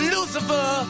Lucifer